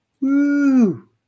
Woo